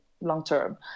long-term